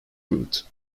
route